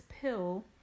pill